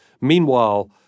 Meanwhile